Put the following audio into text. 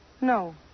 No